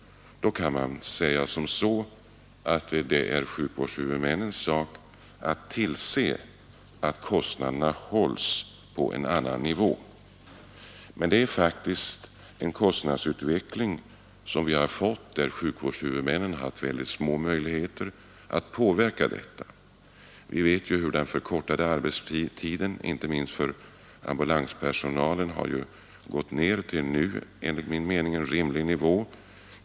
Då kan man säga att det är sjukvårdshuvudmännens sak att tillse att kostnaderna hålls på en annan nivå. Men här är det faktiskt fråga om en utveckling där sjukvårdshuvudmännen haft väldigt små möjligheter att påverka kostnaderna. Vi har förkortningen av arbetstiden, som inte minst för ambulanspersonalen har minskats till en enligt min mening rimlig omfattning.